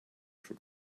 for